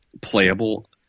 playable